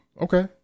Okay